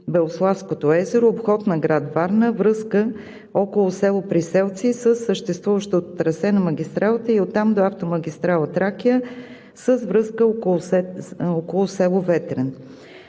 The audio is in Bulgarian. Варненско-Белославското езеро, обход на град Варна, връзка около село Приселци със съществуващо трасе на магистралата и оттам до автомагистрала „Тракия“ с връзка около село Ветрен.